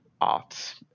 art